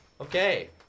Okay